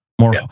More